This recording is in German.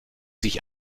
sich